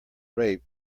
rape